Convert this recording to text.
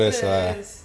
interest ah